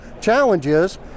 challenges